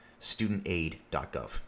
studentaid.gov